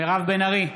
מירב בן ארי,